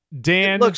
Dan